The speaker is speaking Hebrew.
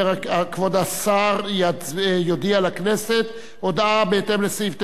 כבוד השר יודיע לכנסת הודעה בהתאם לסעיף 9(א)(7)